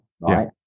right